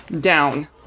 down